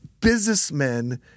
businessmen